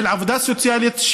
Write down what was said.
של עבודה סוציאלית,